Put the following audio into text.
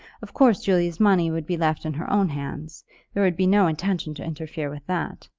of course julia's money would be left in her own hands there would be no intention to interfere with that.